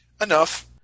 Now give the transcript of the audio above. Enough